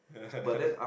yeah